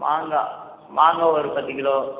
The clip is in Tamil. மாங்காய் மாங்காய் ஒரு பத்து கிலோ